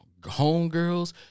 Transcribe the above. homegirls